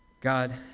God